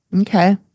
Okay